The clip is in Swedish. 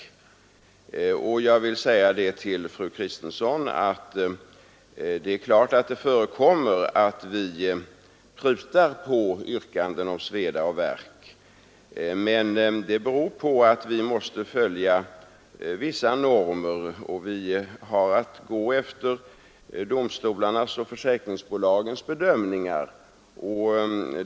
Jag vill säga till fru Kristensson att det självfallet förekommer att vi prutar på yrkanden som gäller sveda och värk. Men det beror på att vi måste följa vissa normer och har att gå efter domstolarnas och försäkringsbolagens bedömningar.